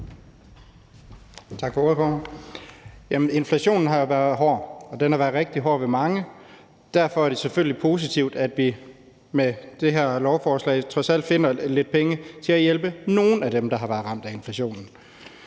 Inflationen har jo været hård, og den har været rigtig hård ved mange. Derfor er det selvfølgelig positivt, at vi med det her lovforslag trods alt finder lidt penge til at hjælpe nogle af dem, der har været ramt af inflationen.